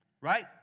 right